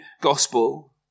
gospel